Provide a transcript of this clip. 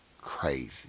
crazy